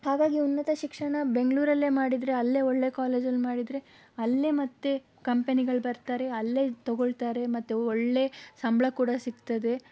ಹಾಗಾಗಿ ಉನ್ನತ ಶಿಕ್ಷಣ ಬೆಂಗಳೂರಲ್ಲೇ ಮಾಡಿದರೆ ಅಲ್ಲೇ ಒಳ್ಳೆಯ ಕಾಲೇಜಲ್ಲಿ ಮಾಡಿದರೆ ಅಲ್ಲೇ ಮತ್ತು ಕಂಪನಿಗಳು ಬರ್ತಾರೆ ಅಲ್ಲೇ ತಗೊಳ್ತಾರೆ ಮತ್ತು ಒಳ್ಳೆಯ ಸಂಬಳ ಕೂಡ ಸಿಗ್ತದೆ